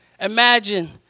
Imagine